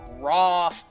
raw